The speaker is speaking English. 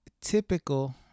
typical